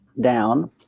down